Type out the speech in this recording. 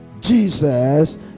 jesus